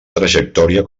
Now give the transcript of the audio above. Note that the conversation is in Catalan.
trajectòria